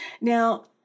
Now